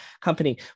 Company